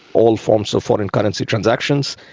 all forms of foreign currency transactions.